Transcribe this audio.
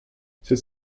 cette